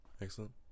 Excellent